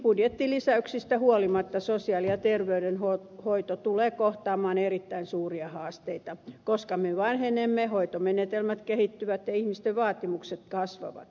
budjettilisäyksistä huolimatta sosiaali ja terveydenhoito tulee kohtaamaan erittäin suuria haasteita koska me vanhenemme hoitomenetelmät kehittyvät ja ihmisten vaatimukset kasvavat